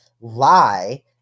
Lie